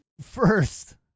first